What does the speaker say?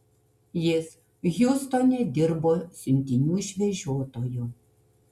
jis hjustone dirbo siuntinių išvežiotoju